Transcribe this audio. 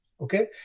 okay